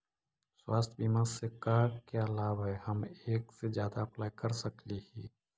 स्वास्थ्य बीमा से का क्या लाभ है हम एक से जादा अप्लाई कर सकली ही?